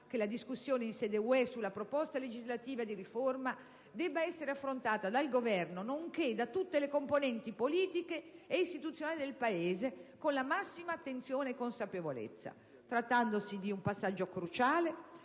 che la discussione in sede UE sulle proposte legislative di riforma sia affrontata dal Governo, nonché da tutte le componenti politiche ed istituzionali del Paese, con la massima attenzione e consapevolezza, trattandosi di un passaggio cruciale